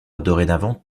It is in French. dorénavant